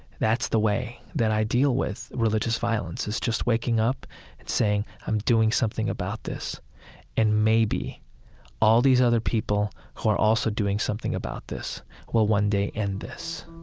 that's the way that i deal with religious violence is just waking up and saying, i'm doing something about this and maybe all these other people who are also doing something about this will one day end this